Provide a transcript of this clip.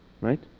right